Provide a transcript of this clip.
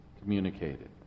communicated